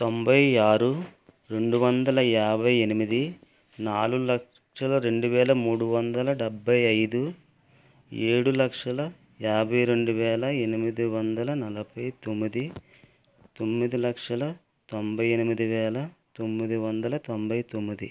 తొంభై ఆరు రెండు వందల యాభై ఎనిమిది నాలుగు లక్షల రెండు వేల మూడు వందల డెభై ఐదు ఏడు లక్షల యాభై రెండు వేల ఎనిమిది వందల నలభై తొమ్మిది తొమ్మిది లక్షల తొంభై ఎనిమిది వేల తొమ్మిది వందల తొంభై తొమ్మిది